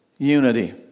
unity